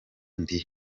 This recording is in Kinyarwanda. ndi